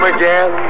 again